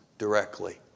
Directly